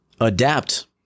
adapt